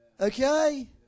Okay